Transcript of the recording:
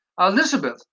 Elizabeth